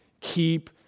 Keep